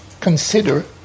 consider